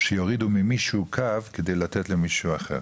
שיורידו ממישהו קו כדי לתת למישהו אחר.